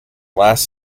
last